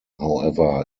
however